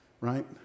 right